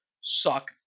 suck